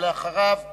אחריו,